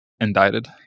indicted